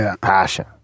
passion